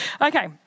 Okay